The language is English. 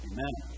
Amen